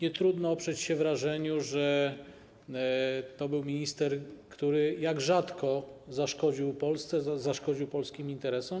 I trudno nie oprzeć się wrażeniu, że to był minister, który jak mało kto zaszkodził Polsce, zaszkodził polskim interesom.